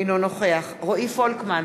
אינו נוכח רועי פולקמן,